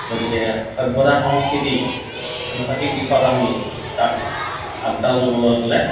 গতিকে সভ্যতা সংস্কৃতি আমি সঠিক দিশত আমি তাক আৱদাল কৰিবলৈ হ'লে